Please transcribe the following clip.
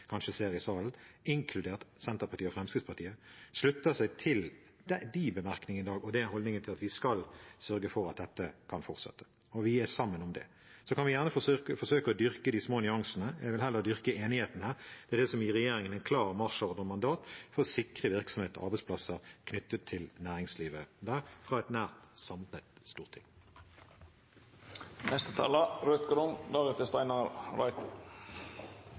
ser i salen, inkludert Senterpartiet og Fremskrittspartiet, i dag slutter seg til de merknadene og holdningen til at vi skal sørge for at dette kan fortsette. Vi er sammen om det. Så kan vi gjerne forsøke å dyrke de små nyansene. Jeg vil heller dyrke enighetene. Det er det som gir regjeringen en klar marsjordre og et mandat for å sikre virksomhet og arbeidsplasser knyttet til næringslivet der, fra et nær samlet